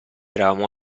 eravamo